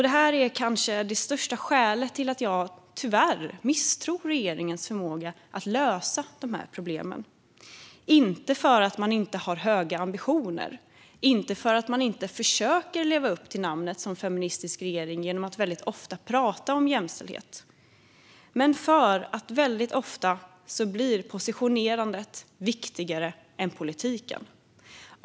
Detta är kanske det största skälet till att jag tyvärr misstror regeringens förmåga att lösa de här problemen - inte för att man inte har höga ambitioner, inte för att man inte försöker leva upp till namnet feministisk regering genom att väldigt ofta prata om jämställdhet, utan för att positionerandet väldigt ofta blir viktigare är politiken.